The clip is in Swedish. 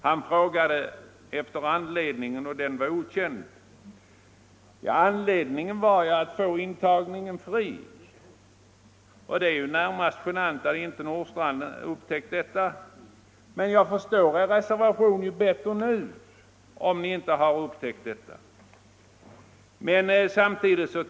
Han frågade efter anledningen, som var okänd. Ja, skälet var en önskan att få antagningen fri. Det är närmast genant att herr Nordstrandh inte har upptäckt detta. Jag förstår er reservation bättre nu, när jag fått veta att ni inte har upptäckt det.